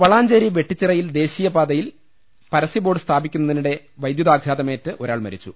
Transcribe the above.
വളാഞ്ചേരി വെട്ടിച്ചിറയിൽ ദേശീയപാതയിൽ പരസ്യബോർഡ് സ്ഥാപിക്കുന്നതിനിടെ വൈദ്യുതാഘാതമേറ്റ് ഒരാൾ മരിച്ചു